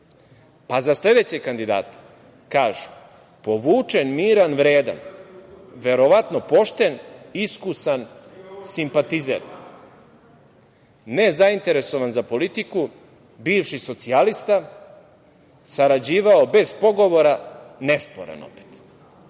sledećeg kandidata kažu – povučen, miran, vredan, verovatno pošten, iskusan, simpatizer, nezainteresovan za politiku, bivši socijalista, sarađivao bez pogovora, nesporan opet.